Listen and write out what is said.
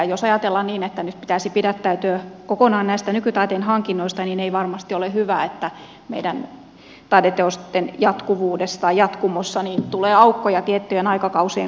ja jos ajatellaan niin että nyt pitäisi pidättäytyä kokonaan nykytaiteen hankinnoista niin ei varmasti ole hyvä että meidän taideteosten jatkumossa tulee aukkoja tiettyjen aikakausien kohdalle